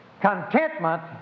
Contentment